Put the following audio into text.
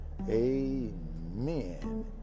amen